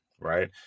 right